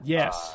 Yes